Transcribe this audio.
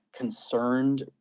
Concerned